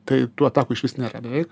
tai tų atakų išvis nėra beveik